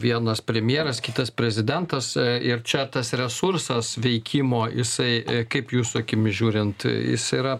vienas premjeras kitas prezidentas ir čia tas resursas veikimo jisai kaip jūsų akimis žiūrint jis yra